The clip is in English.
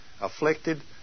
afflicted